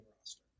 roster